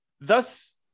thus